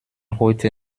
heute